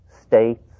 states